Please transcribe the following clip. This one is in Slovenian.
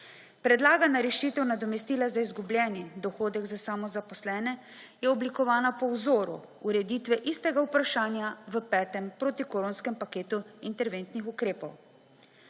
Predlagana rešitev nadomestila za izgubljen dohodek za samozaposlene je oblikovana po vzoru ureditve istega vprašanja v petem protikoronskem paketu interventnih ukrepov.